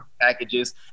packages